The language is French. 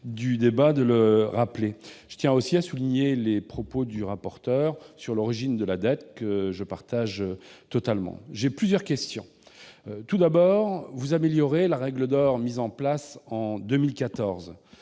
du débat, de le rappeler. Je tiens aussi à saluer les propos de M. le rapporteur sur l'origine de la dette, car je les partage totalement. J'ai plusieurs questions à poser. Tout d'abord, vous améliorez la règle d'or mise en place en 2014.